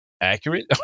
accurate